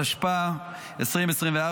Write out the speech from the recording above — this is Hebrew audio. התשפ"ה 2024,